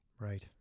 right